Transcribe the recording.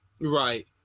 Right